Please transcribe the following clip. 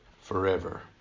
forever